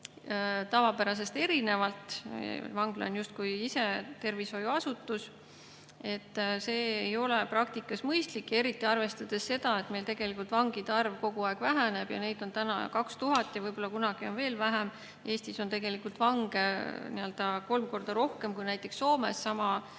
tavapärasest erinevalt, vangla on justkui ise tervishoiuasutus. See aga ei ole praktikas mõistlik, eriti arvestades seda, et meil vangide arv kogu aeg väheneb, neid on praegu 2000 ja võib-olla kunagi veel vähem. Eestis on tegelikult vange kolm korda rohkem kui näiteks Soomes sama